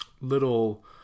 little